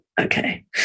okay